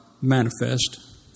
manifest